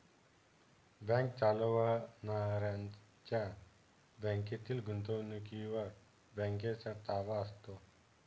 bank चालवणाऱ्यांच्या बँकेतील गुंतवणुकीवर बँकेचा ताबा असतो